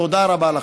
תודה רבה לכם.